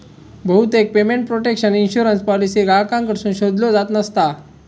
बहुतेक payment protection insurance policy ग्राहकांकडसून शोधल्यो जात नसता